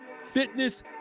fitness